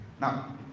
Now